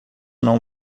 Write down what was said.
não